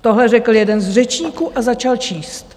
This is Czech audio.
Tohle řekl jeden z řečníků a začal číst.